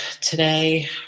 today